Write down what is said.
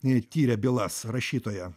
ji tyrė bylas rašytoja